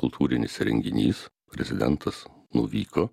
kultūrinis renginys prezidentas nuvyko